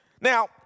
Now